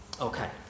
Okay